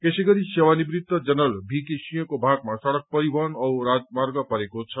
यसै गरी सेवानिवृत्त जनरल मीके सिंहको भागमा सड़क परिवहन औ राजमार्ग परेको छ